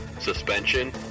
suspension